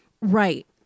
Right